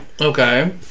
Okay